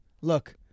Look